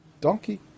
Donkey